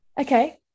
Okay